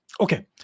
Okay